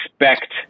expect